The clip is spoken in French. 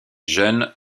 jeune